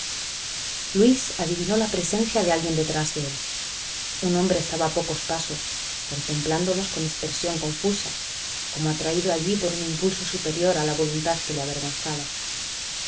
luis adivinó la presencia de alguien detrás de él un hombre estaba a pocos pasos contemplándolos con expresión confusa como atraído allí por un impulso superior a la voluntad que le avergonzaba